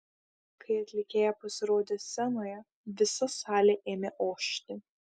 kai atlikėja pasirodė scenoje visa salė ėmė ošti